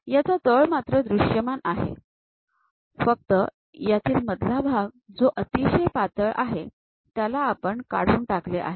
याचा तळ मात्र दृश्यमान आहे फक्त यातील मधला भाग जो अतिशय पातळ आहे त्याला आपण काढून टाकले आहे